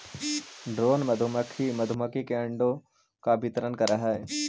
drone मधुमक्खी मधुमक्खी के अंडों का वितरण करअ हई